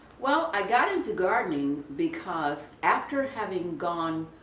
well, i got into gardening because after having gone,